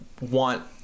want